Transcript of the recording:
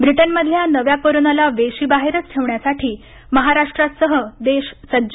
ब्रिटनमधल्या नव्या कोरोनाला वेशी बाहेरच ठेवण्यासाठी महाराष्ट्रासह देश सज्ज